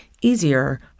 easier